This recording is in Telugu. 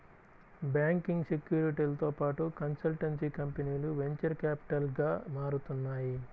బ్యాంకింగ్, సెక్యూరిటీలతో పాటు కన్సల్టెన్సీ కంపెనీలు వెంచర్ క్యాపిటల్గా మారుతున్నాయి